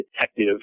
detective